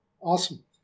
Awesome